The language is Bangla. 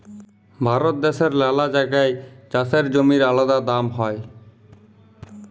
ভারত দ্যাশের লালা জাগায় চাষের জমির আলাদা দাম হ্যয়